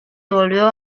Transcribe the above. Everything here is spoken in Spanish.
volvió